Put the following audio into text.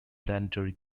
planetary